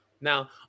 Now